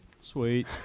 Sweet